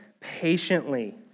patiently